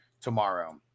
tomorrow